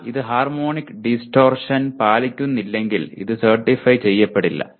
എന്നാൽ ഇത് harmonic distortion പാലിക്കുന്നില്ലെങ്കിൽ അത് സെർട്ടിഫൈ ചെയ്യപ്പെടില്ല